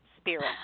Spirit